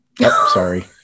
Sorry